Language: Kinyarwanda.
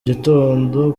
gitondo